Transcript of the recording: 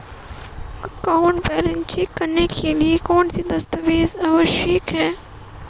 Account balance check करने के लिए कौनसे दस्तावेज़ आवश्यक हैं?